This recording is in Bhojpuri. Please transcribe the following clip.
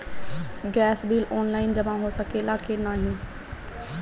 गैस बिल ऑनलाइन जमा हो सकेला का नाहीं?